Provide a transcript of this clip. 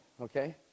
okay